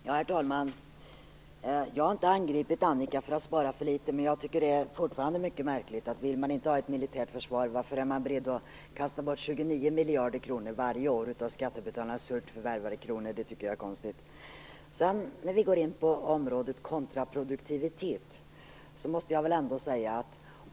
Herr talman! Jag har inte angripit Annika Nordgren för att spara för litet, men jag tycker fortfarande att det är mycket märkligt att man är beredd att kasta bort 29 miljarder kronor varje år av skattebetalarnas surt förvärvade kronor om man inte vill ha ett militärt försvar. Det tycker jag är konstigt. När vi går in på området kontraproduktivitet måste jag säga en sak.